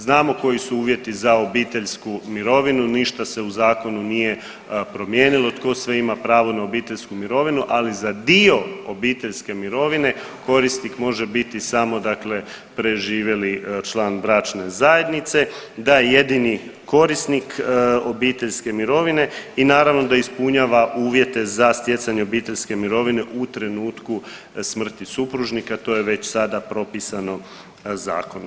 Znamo koji su uvjeti za obiteljsku mirovinu, ništa se u zakonu nije promijenilo tko sve ima pravo na obiteljsku mirovinu, ali za dio obiteljske mirovine korisnik može biti samo preživjeli član bračne zajednice da je jedini korisnik obiteljske mirovine i naravno da ispunjavanje uvjete za stjecanje obiteljske mirovine u trenutku smrti supružnika, to je već sada propisano u zakonu.